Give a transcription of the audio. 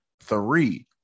three